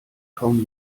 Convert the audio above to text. kaum